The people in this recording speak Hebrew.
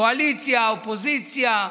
קואליציה, אופוזיציה,